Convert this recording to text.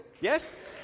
Yes